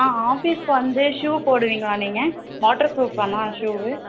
ஆ ஆஃபிஸுக்கு வந்து ஷூ போடுவீங்களா நீங்கள் வாட்டர் ப்ரூஃப் தானே ஷூவு